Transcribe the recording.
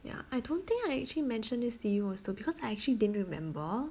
ya I don't think I actually mentioned this to you also because I actually didn't remember